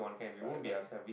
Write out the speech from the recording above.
correct correct